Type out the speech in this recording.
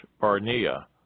Barnea